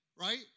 right